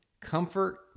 comfort